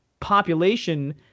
population